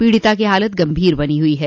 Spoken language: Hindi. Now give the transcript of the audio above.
पीड़िता को हालत गंभीर बनी हुई है